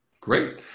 Great